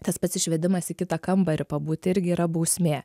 tas pats išvedimas į kitą kambarį pabūti irgi yra bausmė